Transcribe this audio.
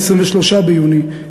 23 ביוני,